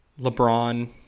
LeBron